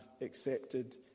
accepted